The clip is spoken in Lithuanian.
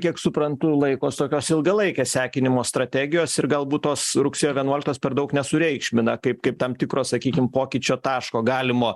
kiek suprantu laikos tokios ilgalaikės sekinimo strategijos ir galbūt tos rugsėjo vienuoliktos per daug nesureikšmina kaip kaip tam tikros sakykim pokyčio taško galimo